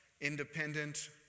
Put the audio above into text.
independent